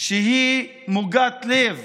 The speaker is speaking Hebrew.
שהיא מוגת לב